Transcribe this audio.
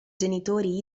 genitori